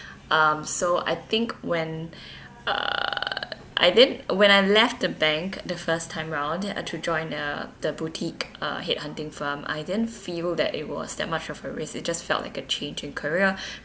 um so I think when uh I didn't when I left the bank the first time round I had to join a the boutique uh headhunting firm I didn't feel that it was that much of a risk it just felt like a change in career